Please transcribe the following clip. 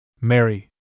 Mary